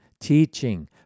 teaching